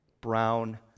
Brown